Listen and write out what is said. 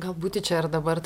gal būti čia ir dabar tai